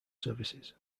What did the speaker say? services